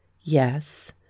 Yes